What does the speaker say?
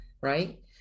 right